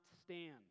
stand